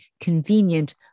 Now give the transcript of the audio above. convenient